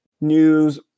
news